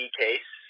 case